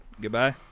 Goodbye